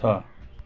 छ